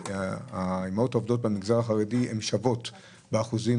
והאימהות במגזר החרדי שעובדות הן שוות באחוזים,